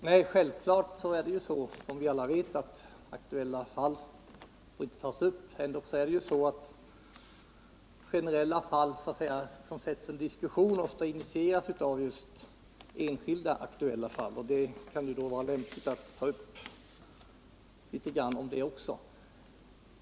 Herr talman! Självklart får aktuella fall inte tas upp. Ändock är det så att generella fall som sätts under diskussion ofta initieras av aktuella enskilda fall, och det kan då vara lämpligt att ta upp litet grand av det också.